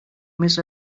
més